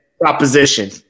proposition